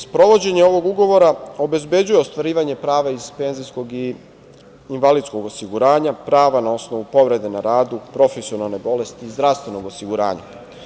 Sprovođenje ovog Ugovora obezbeđuje ostvarivanje prava iz PIO, prava na osnovu povrede na radu, profesionalne bolesti i Zdravstvenog osiguranja.